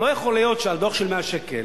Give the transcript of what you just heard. לא יכול להיות שעל דוח של 100 שקל,